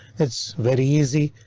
it's very easy.